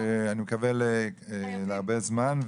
אני מקווה להרבה זמן,